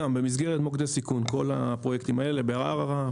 כל הפרויקטים האלה בערערה,